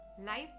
life